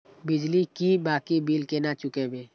बिजली की बाकी बील केना चूकेबे?